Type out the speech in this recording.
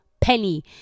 penny